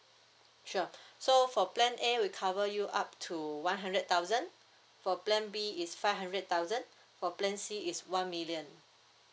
sure so for plan a we cover you up to one hundred thousand for plan b is five hundred thousand for plan c is one million